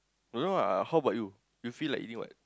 don't know ah how bout you you feel like eating what